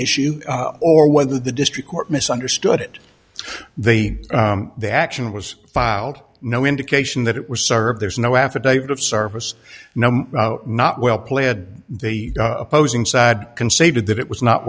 issue or whether the district court misunderstood it they the action was filed no indication that it was served there is no affidavit of service no not well pled the opposing side conceded that it was not